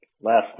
Last